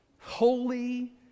holy